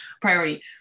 priority